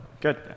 good